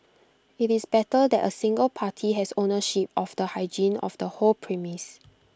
IT is better that A single party has ownership of the hygiene of the whole premise